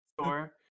store